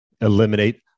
Eliminate